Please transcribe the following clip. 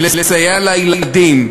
ולסייע לילדים,